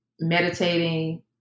meditating